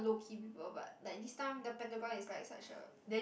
low key people but like this time the pentagon is like such a